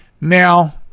now